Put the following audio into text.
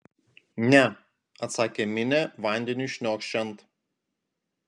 ne atsakė minė vandeniui šniokščiant